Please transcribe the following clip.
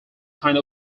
kind